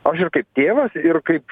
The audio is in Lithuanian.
aš ir kaip tėvas ir kaip